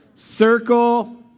Circle